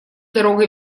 дорога